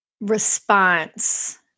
response